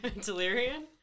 Delirium